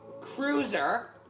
cruiser